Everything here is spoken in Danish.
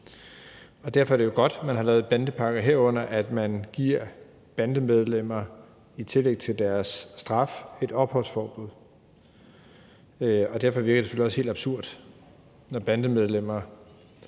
Derfor er det jo godt, at man har lavet bandepakker, herunder at man giver bandemedlemmer et opholdsforbud i tillæg til deres straf. Derfor virker det selvfølgelig også helt absurd, når bandemedlemmer